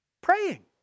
Praying